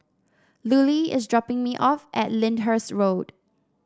Lulie is dropping me off at Lyndhurst Road